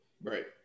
Right